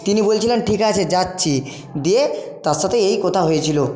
তিনি বলছিলেন ঠিক আছে যাচ্ছি দিয়ে তার সাথে এই কথা হয়েছিল